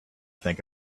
think